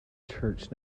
church